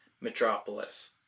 Metropolis